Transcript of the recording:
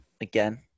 again